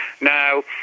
Now